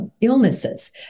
illnesses